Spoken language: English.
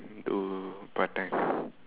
do part time